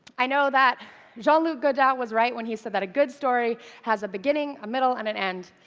i know that jean-luc godard was right when he said that, a good story has a beginning, a middle and an end,